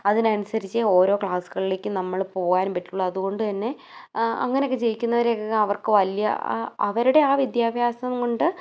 അതിന് അനുസരിച്ചേ ഓരോ ക്ലാസുകളിലേക്കും നമ്മൾ പോകാൻ പറ്റുകയുള്ളൂ അതു കൊണ്ടു തന്നെ അങ്ങനെയൊക്കെ ജയിക്കുന്നവരൊക്കെ അവർക്ക് വലിയ ആ അവരുടെ ആ വിദ്യാഭ്യാസം കൊണ്ട്